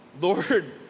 Lord